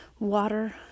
Water